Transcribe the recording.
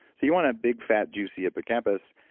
so you want a big fat juicy hippocampus,